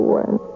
one